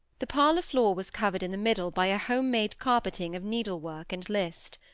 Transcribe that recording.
the parlour-floor was covered in the middle by a home-made carpeting of needlework and list.